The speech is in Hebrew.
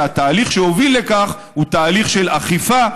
אלא התהליך שהוביל לכך הוא תהליך של אכיפה,